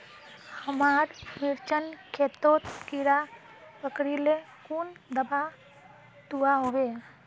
हमार मिर्चन खेतोत कीड़ा पकरिले कुन दाबा दुआहोबे?